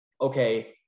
okay